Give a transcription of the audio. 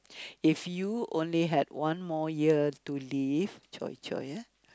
if you only had one more year to live !choy! !choy! ah